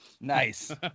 Nice